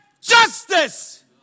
justice